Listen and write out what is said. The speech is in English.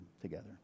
together